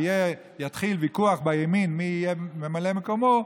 ויתחיל ויכוח בימין מי יהיה ממלא מקומו,